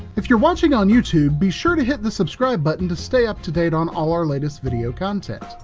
if you're watching on youtube, be sure to hit the subscribe button to stay up to date on all our latest video content.